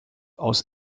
aus